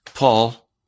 Paul